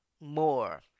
more